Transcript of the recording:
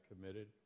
committed